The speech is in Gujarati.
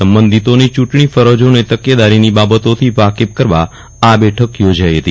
સંબંધિતોની ચૂંટણી ફરજો અને તકેદારીની બાબતોથી વાકેફ કરવા આ બેઠક યોજાઇ હતી